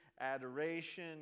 adoration